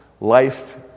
Life